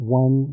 one